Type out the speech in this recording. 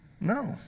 no